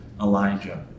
Elijah